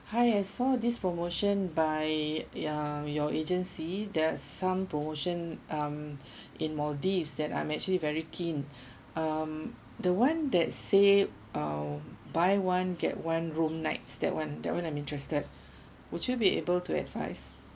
hi I saw this promotion by uh your agency there are some promotion um in maldives that I'm actually very keen um the one that say uh buy one get one room nights that one that one I'm interested would you be able to advise